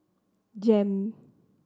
JEM